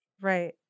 right